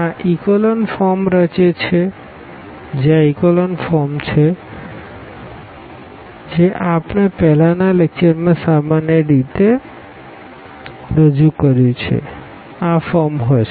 આ ઇકોલન ફોર્મરચે છે જે આ એક્ચેલોન ફોર્મ છે જે આપણે પહેલાના લેકચરમાં સામાન્ય રીતે રજૂ કર્યું છે આ ફોર્મ હશે